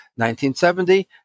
1970